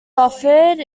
offered